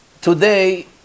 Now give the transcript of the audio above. today